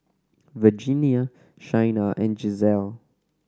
Virginia Shaina and Gisselle